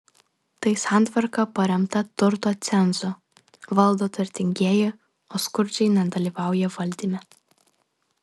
tai santvarka paremta turto cenzu valdo turtingieji o skurdžiai nedalyvauja valdyme